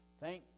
Thank